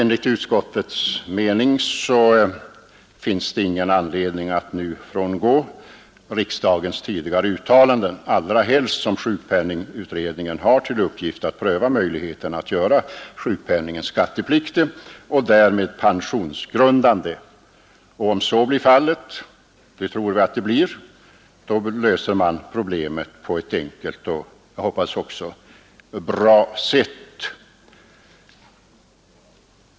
Enligt utskottets mening finns ingen anledning att nu frångå riksdagens tidigare uttalanden, allra helst som sjukpenningutredningen har till uppgift att pröva möjligheten att göra sjukpenningen skattepliktig och därmed pensionsgrundande. Om så blir fallet, vilket vi tror, då löser man problemet på ett enkelt och jag hoppas även bra sätt.